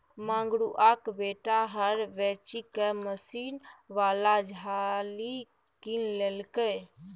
मंगरुआक बेटा हर बेचिकए मशीन बला झालि किनलकै